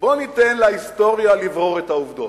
בוא ניתן להיסטוריה לברור את העובדות,